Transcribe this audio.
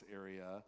area